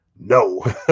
no